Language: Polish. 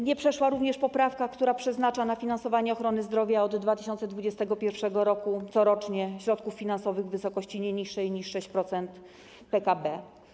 Nie przeszła również poprawka, która przeznacza na finansowanie ochrony zdrowia od 2021 r. corocznie środki finansowe w wysokości nie niższej niż 6% PKB.